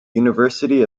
university